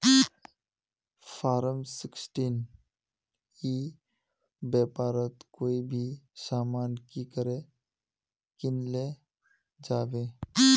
Form sixteen ई व्यापारोत कोई भी सामान की करे किनले जाबे?